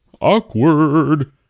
Awkward